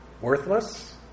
worthless